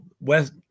west